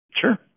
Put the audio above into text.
Sure